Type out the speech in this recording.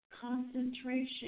concentration